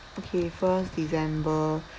okay first december